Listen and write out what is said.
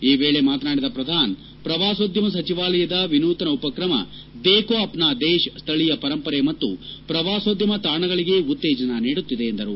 ಈ ವೇಳೆ ಮಾತನಾಡಿದ ಪ್ರಧಾನ್ ಪ್ರವಾಸೋದ್ಯಮ ಸಚಿವಾಲಯದ ವಿನೂತನ ಉಪಕ್ರಮ ದೇಖೋ ಅಪ್ನಾ ದೇಶ್ ಸ್ಥಳೀಯ ಪರಂಪರೆ ಮತ್ತು ಪ್ರವಾಸೋದ್ಯಮ ತಾಣಗಳಿಗೆ ಉತ್ತೇಜನ ನೀಡುತ್ತಿದೆ ಎಂದರು